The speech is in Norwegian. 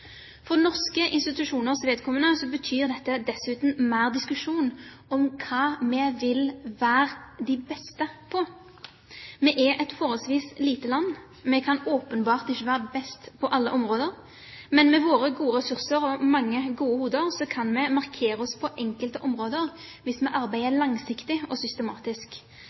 For norske institusjoner betyr dette dessuten mer diskusjon om hva vi vil være de beste på. Vi er et forholdsvis lite land. Vi kan åpenbart ikke være best på alle områder, men med våre gode ressurser og mange gode hoder kan vi markere oss på enkelte områder hvis vi arbeider langsiktig og systematisk.